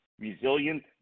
resilient